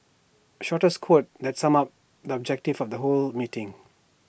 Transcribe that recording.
shortest quote that sums up the objective of the whole meeting